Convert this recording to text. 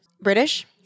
British